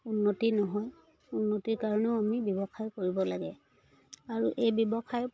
উন্নতি নহয় উন্নতিৰ কাৰণেও আমি ব্যৱসায় কৰিব লাগে আৰু এই ব্যৱসায়